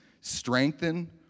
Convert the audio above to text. strengthen